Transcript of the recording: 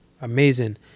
amazing